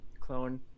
clone